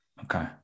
okay